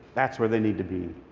that's where they need to be.